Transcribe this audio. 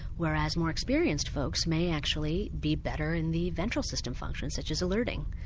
whereas more experienced folks may actually be better in the ventral system functions such as alerting.